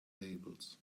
labels